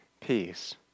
Peace